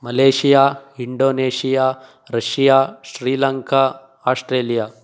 Malaysia Indonesia Russia Sri Lanka Australia